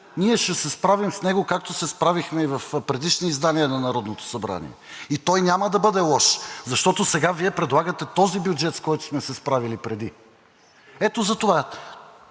Ние ще се справим с него, както се справихме и в предишни издания на Народното събрание и той няма да бъде лош, защото сега Вие предлагате този бюджет, с който сме се справили преди. Ето затова